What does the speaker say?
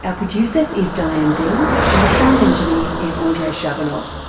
ah producer is diane dean and the sound engineer is andrei shabunov.